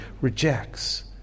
rejects